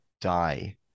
die